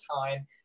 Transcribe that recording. time